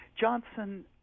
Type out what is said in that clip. Johnson